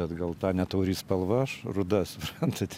bet gal ta netauri spalva ruda suprantat